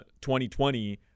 2020